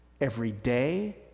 everyday